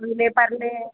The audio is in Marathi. विलेपार्ले